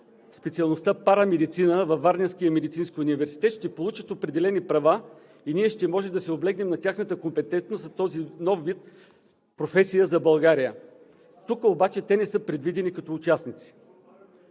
специалността „Парамедицина“ във Варненския медицински университет, ще получат определени права и ние ще можем да се облегнем на тяхната компетентност за този нов вид професия за България. Тук обаче те не са предвидени като участници.